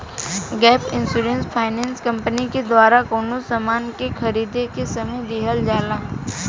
gap insurance finance company के द्वारा कवनो सामान के खरीदें के समय दीहल जाला